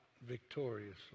victoriously